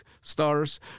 stars